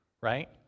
right